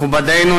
מכובדנו,